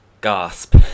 Gasp